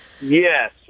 Yes